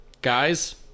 Guys